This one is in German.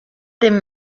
dem